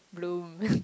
bloom